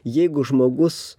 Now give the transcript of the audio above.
jeigu žmogus